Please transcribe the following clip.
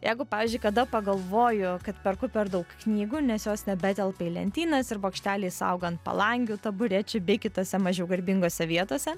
jeigu pavyzdžiui kada pagalvoju kad perku per daug knygų nes jos nebetelpa į lentynas ir bokšteliais auga ant palangių taburečių bei kitose mažiau garbingose vietose